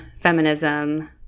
feminism